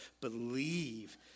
believe